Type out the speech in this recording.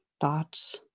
thoughts